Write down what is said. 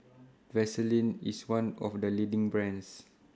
Vaselin IS one of The leading brands